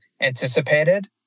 anticipated